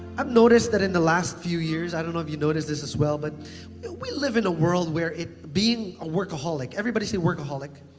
i've noticed that in the last few years. i don't know if you noticed this as well, but we live in a world where it being a workaholic. everybody say, workaholic.